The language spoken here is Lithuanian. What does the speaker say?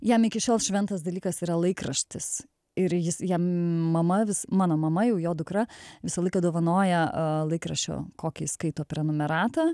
jam iki šiol šventas dalykas yra laikraštis ir jis jam mama vis mano mama jau jo dukra visą laiką dovanoja laikraščio kokį jis skaito prenumeratą